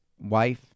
wife